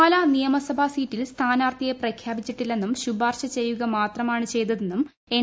P Pala നിയമസഭാസീറ്റിൽ സ്ഥാനാർഥിയെ പ്രഖ്യാപിച്ചിട്ടില്ലെന്നും ശുപാർശ ചെയ്യുക മാത്രമാണ് ചെയ്തെന്നും എൻ